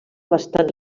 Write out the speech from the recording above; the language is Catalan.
bastant